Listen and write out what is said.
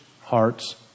hearts